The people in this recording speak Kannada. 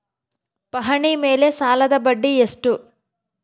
ಪಹಣಿ ಮೇಲೆ ಸಾಲದ ಬಡ್ಡಿ ಎಷ್ಟು?